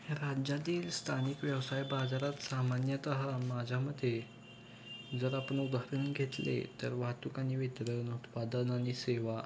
राज्यातील स्थानिक व्यवसाय बाजारात सामान्यतः माझ्या मते जर आपण उदाहरण घेतले तर वाहतुक आणि विक्रयण उत्पादन आणि सेवा